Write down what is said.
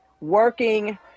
working